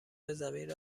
زمین